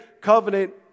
covenant